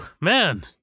man